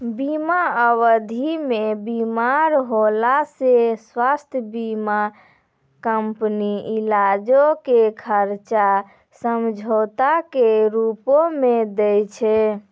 बीमा अवधि मे बीमार होला से स्वास्थ्य बीमा कंपनी इलाजो के खर्चा समझौता के रूपो मे दै छै